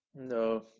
No